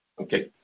Okay